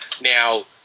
Now